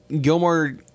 Gilmore